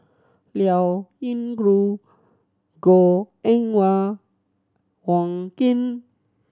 Liao Yingru Goh Eng Wah Wong Keen